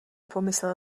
pomyslel